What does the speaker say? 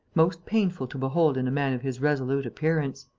most painful to behold in a man of his resolute appearance.